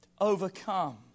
overcome